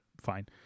Fine